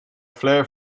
flair